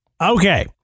okay